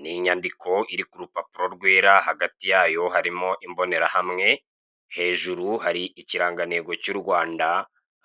N'inyandiko iri kurupapuro rwera hagati yayo harimo imbonerahamwe hejuru hari ikirangantego cy'urwanda